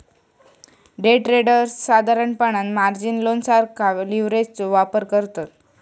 day traders साधारणपणान margin loan सारखा लीव्हरेजचो वापर करतत